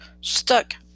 stuck